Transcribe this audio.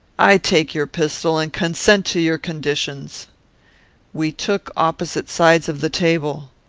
i take your pistol, and consent to your conditions we took opposite sides of the table.